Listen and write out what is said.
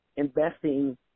investing